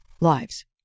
lives